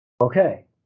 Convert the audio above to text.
Okay